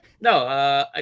No